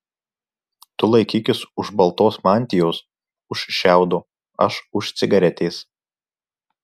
tu laikykis už baltos mantijos už šiaudo aš už cigaretės